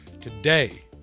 Today